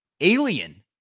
alien